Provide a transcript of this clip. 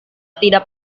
tidak